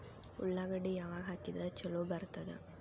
ಉಳ್ಳಾಗಡ್ಡಿ ಯಾವಾಗ ಹಾಕಿದ್ರ ಛಲೋ ಬರ್ತದ?